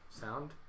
Sound